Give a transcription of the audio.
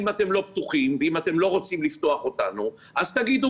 אם אתם לא בטוחים ואם אתם לא רוצים לפתוח אותנו אז תגידו